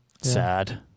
sad